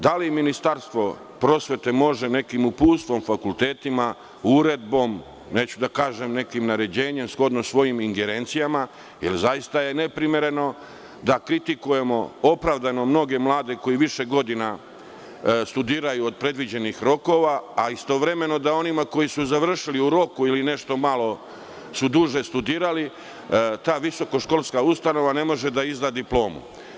Da li Ministarstvo prosvete može to nekim uputstvom fakultetima, uredbom, da uredi, neću da kažem nekim naređenjem shodno svojim ingerencijama, jer zaista je neprimereno da kritikujemo opravdano mnoge mlade koji više godina studiraju od predviđenih rokova, a istovremeno da onima koji su završili u roku ili su nešto malo duže studirali, ta visokoškolska ustanova ne može da izda diplomu?